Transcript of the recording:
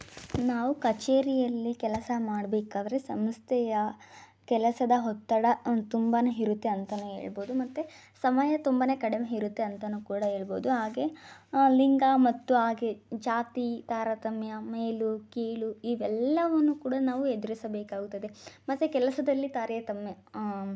ನಾವು ಕಚೇರಿಯಲ್ಲಿ ಕೆಲಸ ಮಾಡಬೇಕಾದ್ರೆ ಸಂಸ್ಥೆಯ ಕೆಲಸದ ಒತ್ತಡ ತುಂಬಾ ಇರುತ್ತೆ ಅಂತ ಹೇಳ್ಬೋದು ಮತ್ತು ಸಮಯ ತುಂಬಾ ಕಡಿಮೆ ಇರುತ್ತೆ ಅಂತ ಕೂಡ ಹೇಳ್ಬೋದು ಹಾಗೆ ಲಿಂಗ ಮತ್ತು ಹಾಗೆ ಜಾತಿ ತಾರತಮ್ಯ ಮೇಲು ಕೀಳು ಇವೆಲ್ಲವನ್ನು ಕೂಡ ನಾವು ಎದುರಿಸಬೇಕಾಗುತ್ತದೆ ಮತ್ತೆ ಕೆಲಸದಲ್ಲಿ ತಾರತಮ್ಯ